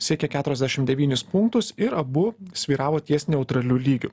siekė keturiasdešim devynis punktus ir abu svyravo ties neutraliu lygiu